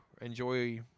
enjoy